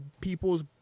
people's